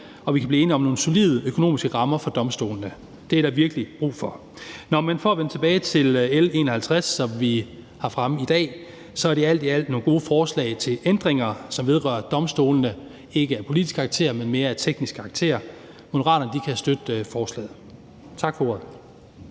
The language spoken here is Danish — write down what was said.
at vi kan blive enige om nogle solide økonomiske rammer for domstolene. Det er der virkelig brug for. For at vende tilbage til L 51, som vi har fremme i dag, er det alt i alt nogle gode forslag til ændringer, der vedrører domstolene, og som ikke er af politisk karakter, men mere af teknisk karakter. Moderaterne kan støtte forslaget. Tak for ordet.